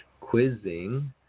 quizzing